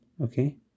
Okay